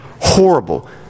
horrible